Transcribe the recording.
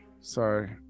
sorry